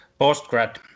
postgrad